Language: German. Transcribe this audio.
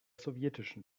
sowjetischen